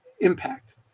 impact